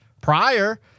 prior